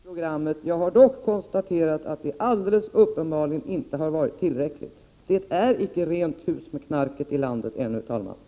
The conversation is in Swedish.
Herr talman! Jag har uppskattat mycket i det programmet, men jag har ändå konstaterat att det alldeles uppenbarligen icke varit tillräckligt. Det är icke rent hus med knarket i landet ännu, herr talman.